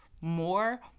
more